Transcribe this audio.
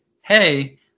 Hey